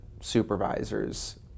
supervisors